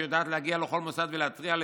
שיודעת להגיע לכל מוסד ולהתריע על